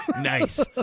Nice